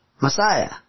Messiah